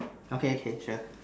okay okay sure